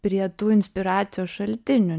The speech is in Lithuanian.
prie tų inspiracijos šaltinių